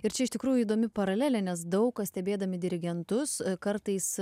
ir čia iš tikrųjų įdomi paralelė nes daug kas stebėdami dirigentus kartais